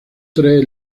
tres